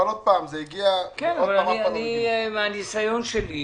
אבל עוד פעם זה הגיע --- מהניסיון שלי,